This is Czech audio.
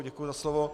Děkuji za slovo.